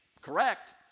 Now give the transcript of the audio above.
correct